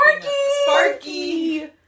Sparky